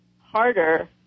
harder